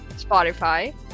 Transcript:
Spotify